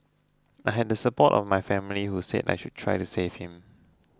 I had the support of my family who said I should try to save him